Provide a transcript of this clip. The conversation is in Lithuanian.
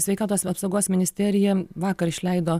sveikatos apsaugos ministerija vakar išleido